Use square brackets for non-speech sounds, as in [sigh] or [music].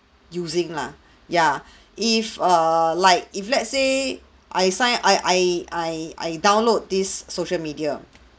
using lah [breath] ya [breath] if uh like if let's say I sign I I I I download this social media